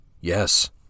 Yes